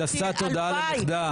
הנדסת תודעה לנכדה.